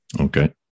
okay